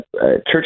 Church